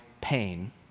pain